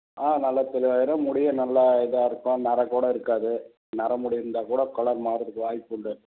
ஆ நல்ல தெளிவாயிரும் முடியும் நல்லா இதாக இருக்கும் நர கூட இருக்காது நர முடி இருந்தால் கூட கலர் மார்றதுக்கு வாய்ப்புண்டு